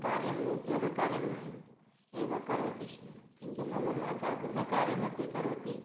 कार्यं उद्योगकार्यं एव करोति स्म किन्तु मम माता गृहकार्यमपि करोति